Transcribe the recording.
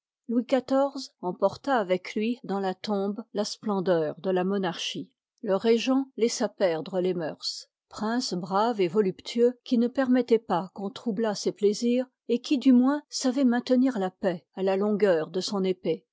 jliouis xiv emporta avec lui dans la tombe la splendeur de la monarchie le ttaet régent laissa perdre les mœurs prince hiy i brave et voluptueux qui ne permettoit pas qu'on troublât ses plaisirs et qui du moins savoit maintenir la paix à la longueur de son épée